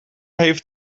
heeft